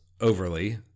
overly